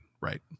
Right